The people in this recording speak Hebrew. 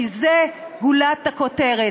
כי זאת גולת הכותרת.